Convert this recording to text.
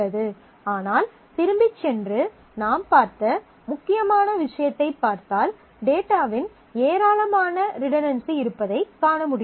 ஆனால் திரும்பிச் சென்று நாம் பார்த்த முக்கியமான விஷயத்தைப் பார்த்தால் டேட்டாவின் ஏராளமான ரிடன்டன்சி இருப்பதைக் காண முடியும்